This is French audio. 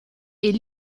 est